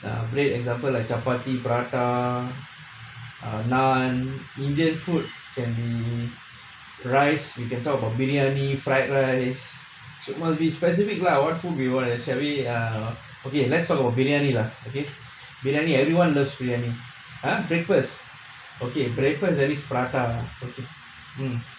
a great example like chappathi prata err naan indian foods can be rice we can talk about biryani fried rice must be specific lah what food reward and sharing err okay let's talk on again biryani everyone loves biryani !huh! breakfast okay prefer very prata buffet